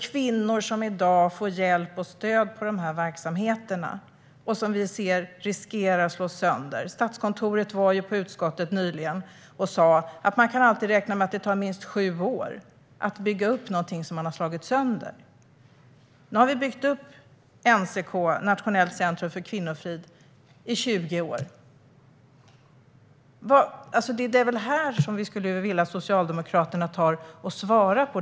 Kvinnor får i dag hjälp och stöd i dessa verksamheter, men nu ser vi att de riskerar att slås sönder. Statskontoret sa nyligen på utskottet att man kan räkna med att det tar minst sju år att bygga upp något som man har slagit sönder. Vi har byggt upp NCK, Nationellt centrum för kvinnofrid, i 20 år. Kan Socialdemokraterna svara på vad som ska ske?